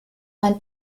mein